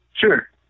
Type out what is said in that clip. sure